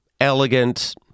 elegant